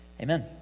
Amen